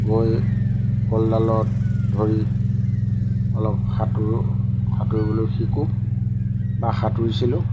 গৈ কলডালত ধৰি অলপ সাঁতোৰ সাঁতুৰিবলৈ শিকোঁ বা সাঁতুৰিছিলোঁ